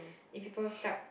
if people start